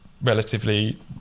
relatively